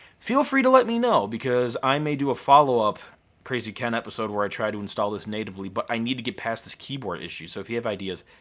feel free to let me know because i may do a follow up krazy ken episode where i try to install this natively but i need to get past this keyboard issue. so if you have ideas,